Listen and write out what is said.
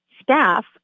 staff